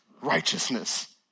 righteousness